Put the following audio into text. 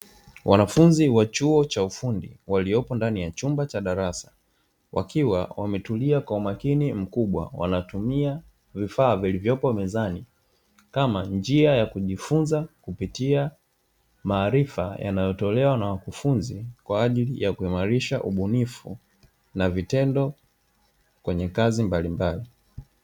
Wanafunzi wa chuo cha ufundi waliopo ndani ya chumba cha darasa, wakiwa wametulia kwa umakini mkubwa wanatumia vifaa vilivyopo mezani, kama njia ya kujifunza kupitia maarifa yanayotolewa na wakufunzi kwa ajili ya kuimarisha ubunifu na vitendo kwenye kazi mbalimbali.